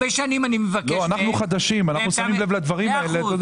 אנחנו חדשים ואנחנו שמים לב לדברים האלה.